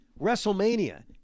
WrestleMania